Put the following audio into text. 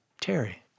Terry